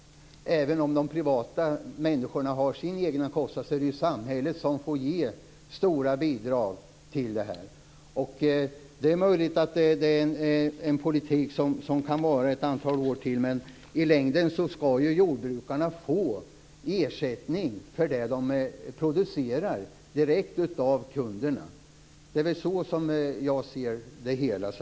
Även om privatpersonerna har sin kostnad får samhället ge stora bidrag. Det är möjligt att det är en politik som kan vara i ett antal år till, men i längden skall jordbrukarna få ersättning för det de producerar direkt av kunderna. Det är så som jag ser det hela.